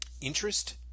interest